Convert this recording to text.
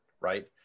right